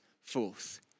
forth